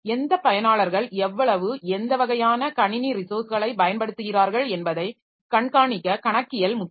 எந்த பயனாளர்கள் எவ்வளவு எந்த வகையான கணினி ரிசோர்ஸ்களைப் பயன்படுத்துகிறார்கள் என்பதைக் கண்காணிக்க கணக்கியல் முக்கியம்